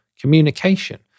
communication